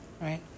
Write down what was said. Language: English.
Right